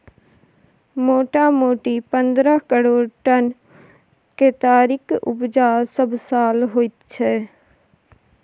मोटामोटी पन्द्रह करोड़ टन केतारीक उपजा सबसाल होइत छै